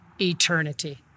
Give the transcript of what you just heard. eternity